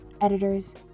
editors